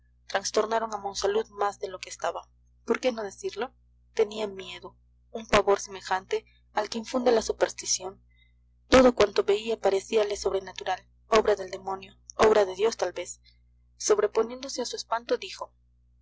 trastornaron a monsalud más de lo que estaba por qué no decirlo tenía miedo un pavor semejante al que infunde la superstición todo cuanto veía parecíale sobrenatural obra del demonio obra de dios tal vez sobreponiéndose a su espanto dijo